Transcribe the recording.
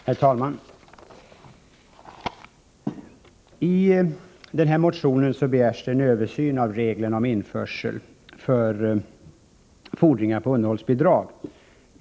Herr talman! I motionen begärs en översyn av reglerna om införsel för fordran på underhållsbidrag.